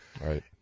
Right